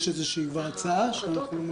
יש איזושהי הצעה שאנחנו לא מכירים?